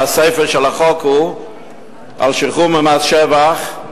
הסיפא של החוק הוא על שחרור ממס שבח,